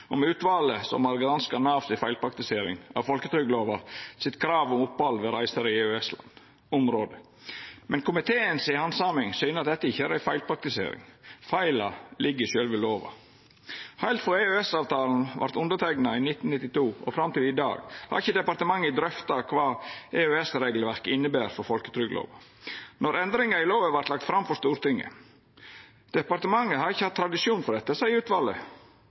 om utvalet som har granska Nav si feilpraktisering av folketrygdlova sitt krav om opphald ved reiser i EØS-området, men komiteen si handsaming syner at dette ikkje er ei feilpraktisering. Feilen ligg i sjølve lova. Heilt frå EØS-avtalen vart underteikna i 1992 og fram til i dag har ikkje departementet drøfta kva EØS-regelverket inneber for folketrygdlova når endringar i lova vart lagde fram for Stortinget. Departementet har ikkje hatt tradisjon for dette, seier utvalet.